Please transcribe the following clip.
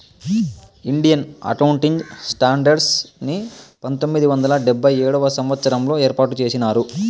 Indian accounting standards ని పంతొమ్మిది వందల డెబ్భై ఏడవ సంవచ్చరంలో ఏర్పాటు చేసినారు